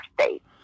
state